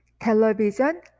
Television